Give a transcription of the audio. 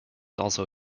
also